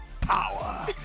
power